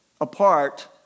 apart